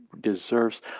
deserves